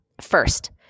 First